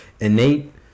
innate